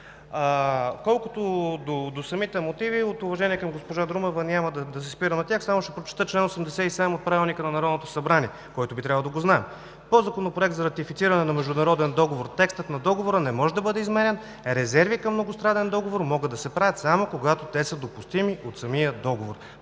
Колкото до самите мотиви, от уважение към госпожа Друмева няма да се спирам на тях. Само ще прочета чл. 87 от Правилника на Народното събрание, който би трябвало да го знае: „По законопроект за ратифициране на международен договор текстът на договора не може да бъде изменян. Резерви към многостранен договор могат да се правят, само когато те са допустими от самия договор.“